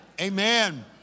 Amen